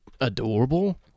adorable